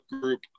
group